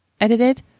edited